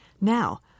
Now